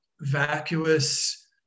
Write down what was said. vacuous